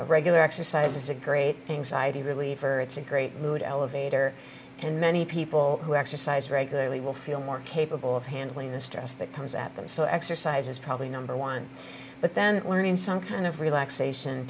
regular exercise is a great anxiety reliever it's a great mood elevator and many people who exercise regularly will feel more capable of handling the stress that comes at them so exercise is probably number one but then learning some kind of relaxation